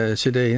cd